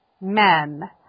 men